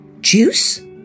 juice